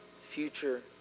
future